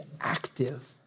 active